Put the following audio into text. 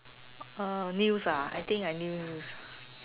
uh news ah I think new news